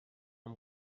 amb